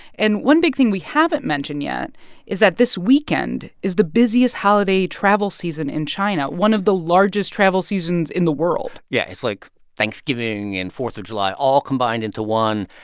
and one big thing we haven't mentioned yet is that this weekend is the busiest holiday travel season in china, one of the largest travel seasons in the world yeah, it's like thanksgiving and fourth of july all combined into one.